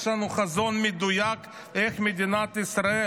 יש לנו חזון מדויק איך מדינת ישראל,